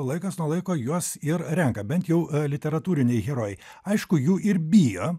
laikas nuo laiko juos ir renka bent jau literatūriniai herojai aišku jų ir bijo